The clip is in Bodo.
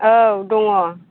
औ दङ